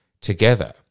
together